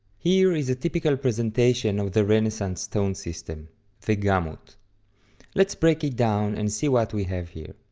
here is a typical presentation of the renaissance tone system the gamut let's break it down and see what we have here.